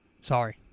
Sorry